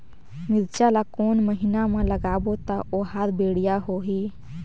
मिरचा ला कोन महीना मा लगाबो ता ओहार बेडिया होही?